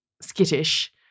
skittish